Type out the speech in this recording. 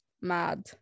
mad